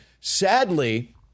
Sadly